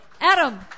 Adam